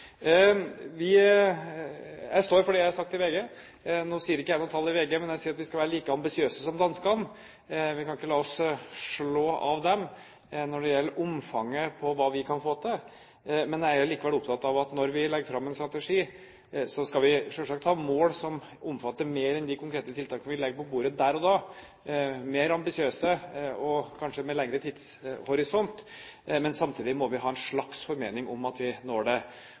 Jeg står for det jeg har sagt i VG. Nå nevner jeg ikke noe tall i VG, men jeg sier at vi skal være like ambisiøse som danskene. Vi kan ikke la oss slå av dem når det gjelder omfanget på hva vi kan få til. Jeg er likevel opptatt av at vi, når vi legger fram en strategi, selvsagt skal ha mål som omfatter mer enn de konkrete tiltakene vi legger på bordet der og da, mål som er mer ambisiøse og kanskje har lengre tidshorisont. Men samtidig må vi ha en slags formening om at vi når